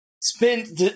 Spend